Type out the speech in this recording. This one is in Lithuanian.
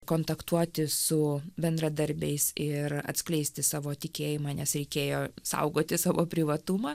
kontaktuoti su bendradarbiais ir atskleisti savo tikėjimą nes reikėjo saugoti savo privatumą